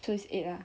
so is eight lah